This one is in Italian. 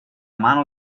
mano